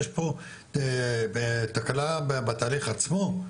יש פה תקלה בתהליך עצמו.